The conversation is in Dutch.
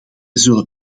zullen